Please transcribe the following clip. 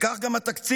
וכך גם התקציב,